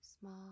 small